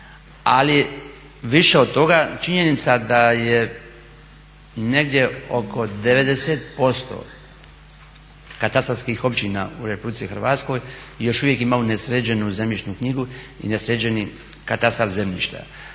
Ali više od toga činjenica da je negdje oko 90% katastarskih općina u Republici Hrvatskoj još uvijek ima nesređenu zemljišnu knjigu i nesređeni katastar zemljišta.